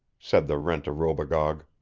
said the rent-a-robogogue.